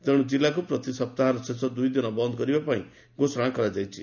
ତେଣୁ କିଲ୍ଲାକୁ ପ୍ରତି ସପ୍ତାହରେ ଶେଷ ଦୁଇଦିନ ବନ୍ଦ୍ କରିବାପାଇଁ ଘୋଷଣା କରାଯାଇଛି